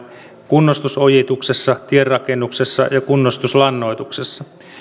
kunnostusojituksessa tienrakennuksessa ja kunnostuslannoituksessa